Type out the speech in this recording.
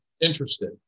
interested